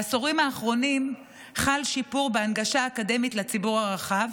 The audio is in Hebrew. בעשורים האחרונים חל שיפור בהנגשה אקדמית לציבור הרחב,